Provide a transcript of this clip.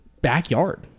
backyard